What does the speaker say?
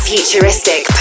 Futuristic